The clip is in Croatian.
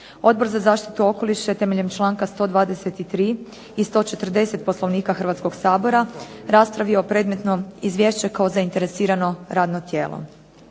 Odbor za zaštitu okoliša je temeljem članka 123. i 140. Poslovnika Hrvatskoga sabora raspravio predmetno izvješće kao zainteresirano radno tijelo.